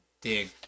dig